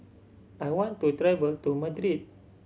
I want to travel to Madrid